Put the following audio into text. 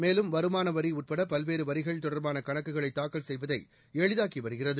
மேலும் வருமான வரி உட்பட பல்வேறு வரிகள் தொடர்பான கணக்குகளை தாக்கல் செய்வதை எளிதாக்கி வருகிறது